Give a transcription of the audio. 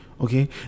okay